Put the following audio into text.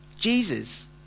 Jesus